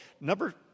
number